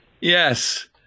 Yes